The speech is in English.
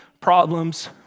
problems